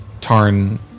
Tarn